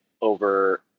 over